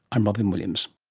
i'm robyn williams